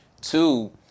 Two